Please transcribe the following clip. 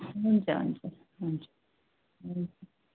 हुन्छ हुन्छ हुन्छ हुन्छ